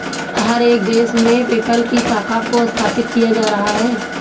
हर एक देश में पेपल की शाखा को स्थापित किया जा रहा है